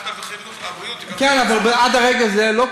עקב הפעילות הזאת ומהמדיניות הזאת התקבלה בחודש ספטמבר האחרון החלטה